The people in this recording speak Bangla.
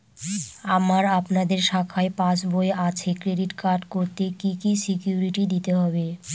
আমার আপনাদের শাখায় পাসবই আছে ক্রেডিট কার্ড করতে কি কি সিকিউরিটি দিতে হবে?